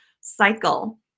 cycle